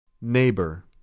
Neighbor